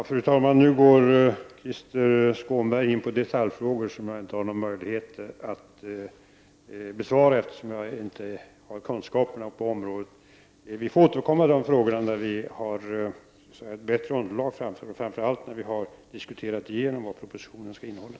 Fru talman! Nu går Krister Skånberg in på detaljfrågor som jag inte har någon möjlighet att besvara, eftersom jag inte har kunskaperna på området. Jag får återkomma i de frågorna när det finns bättre underlag, framför allt när vi har diskuterat igenom vad propositionen skall innehålla.